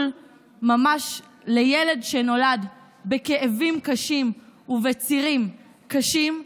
לילד שנולד בכאבים קשים ובצירים קשים,